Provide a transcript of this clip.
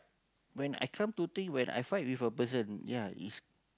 when I come to think when I fight with a person ya is